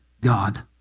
God